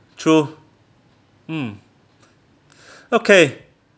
true mm okay